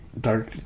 Dark